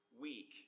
week